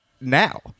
now